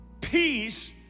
peace